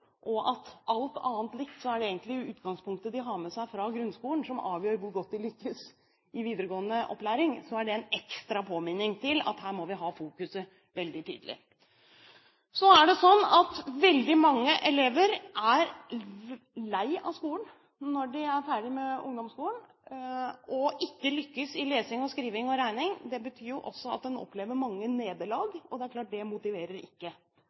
og at – alt annet likt – det egentlig er utgangspunktet de har med seg fra grunnskolen, som avgjør hvor godt de lykkes i videregående opplæring, er det en ekstra påminning om at her må vi ha fokuset veldig tydelig. Så er det sånn at veldig mange elever er lei av skolen når de er ferdig med ungdomsskolen og ikke lykkes i lesing og skriving og regning. Det betyr også at en opplever mange nederlag, og det er klart at det motiverer ikke.